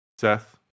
Seth